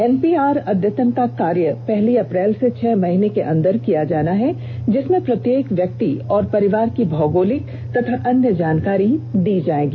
NPR अद्यतन का कार्य पहली अप्रैल से छह महीने के अंदर किया जाना है जिसमें प्रत्येक व्यक्ति और परिवार की भौगोलिक तथा अन्य जानकारी दी जाएगी